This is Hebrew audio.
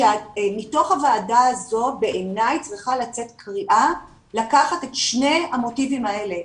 שמתוך הוועדה הזו בעיני צריכה לצאת קריאה לקחת את שני המוטיבים האלה,